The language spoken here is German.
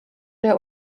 der